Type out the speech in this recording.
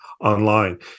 online